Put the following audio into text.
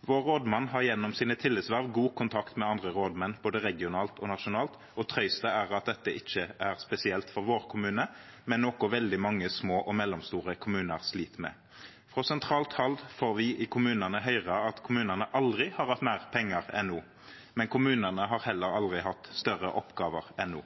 Vår rådmann har gjennom sine tillitsverv god kontakt med andre rådmenn både regionalt og nasjonalt og «trøysta» er at dette ikkje er spesielt for vår kommune, men noko veldig mange små og mellomstore kommunar slit med. Frå sentralt hald får vi i kommunane høyra at kommunane aldri har hatt meir pengar enn no. Men kommunane har heller aldri hatt større oppgåver enn no.